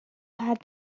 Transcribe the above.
had